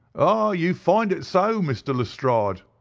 ah, you find it so, mr. lestrade!